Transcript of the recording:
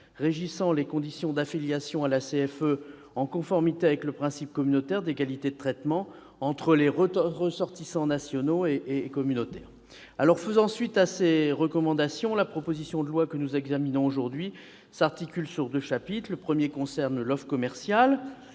régissant les conditions d'affiliation à la CFE en conformité avec le principe communautaire d'égalité de traitement entre les ressortissants nationaux et communautaires. Faisant suite à ces différentes recommandations, la proposition de loi que nous examinons aujourd'hui s'articule autour de deux chapitres. Le premier concerne l'offre commerciale